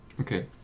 Okay